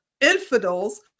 infidels